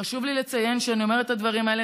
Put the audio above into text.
חשוב לי לציין שאני אומרת את הדברים האלה